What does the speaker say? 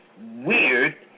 weird